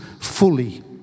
fully